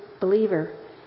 believer